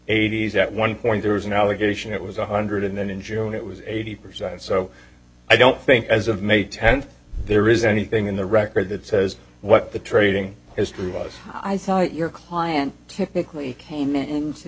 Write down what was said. eighty's at one point there was an allegation it was one hundred and then in june it was eighty percent so i don't think as of may tenth there is anything in the record that says what the trading history was i saw your client typically came into